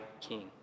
king